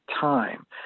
Time